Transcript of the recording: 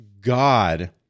God